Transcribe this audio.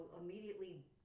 immediately